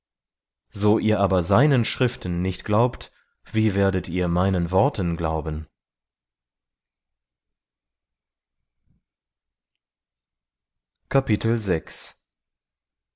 so ihr aber seinen schriften nicht glaubt wie werdet ihr meinen worten glauben